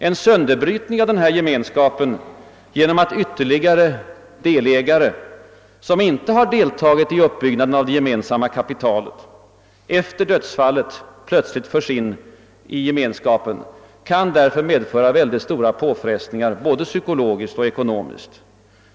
En sönderbrytning av denna gemenskap genom att ytterligare »delägare», som icke deltagit i uppbyggnaden av det gemensamma kapitalet, efter dödsfallet plötsligt förs in i gemenskapen kan därför medföra mycket stora påfrestningar både psykologiskt och ekonomiskt.